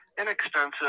inexpensive